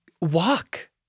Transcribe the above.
walk